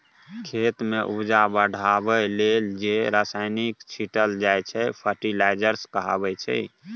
खेत मे उपजा बढ़ाबै लेल जे रसायन छीटल जाइ छै फर्टिलाइजर कहाबै छै